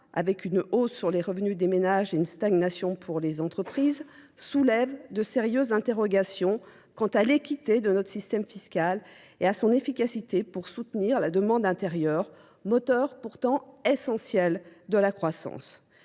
avec une hausse sur les revenus des ménages et une stagnation pour les entreprises, soulève de sérieuses interrogations quant à l'équité de notre système fiscal et à son efficacité pour soutenir la demande intérieure, moteur pourtant essentiel de la croissance.